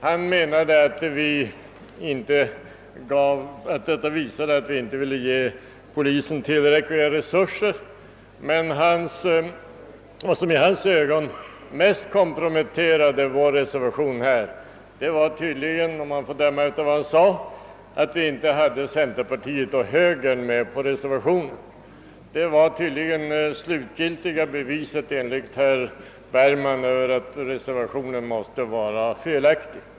Han menade att vårt förslag visar att vi inte vill ge polisen tillräckliga resurser. Vad som i hans ögon emellertid mest komprometterade vår reservation var tydligen, om man får döma efter vad herr Bergman sade, att vi inte hade centerpartiet och högern med på denna reservation. Detta utgjorde tydligen enligt herr Bergman det slutgiltiga beviset på att reservationen måste vara felaktig.